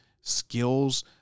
skills